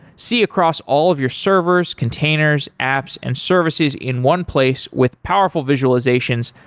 see across all of your servers, containers, apps and services in one place with powerful visualizations,